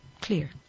clear